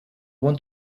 want